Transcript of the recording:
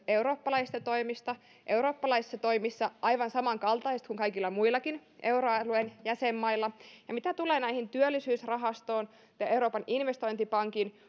eurooppalaisista toimista eurooppalaisissa toimissa ne ovat aivan samankaltaiset kuin kaikilla muillakin euroalueen jäsenmailla ja mitä tulee työllisyysrahastoon ja euroopan investointipankin